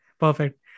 Perfect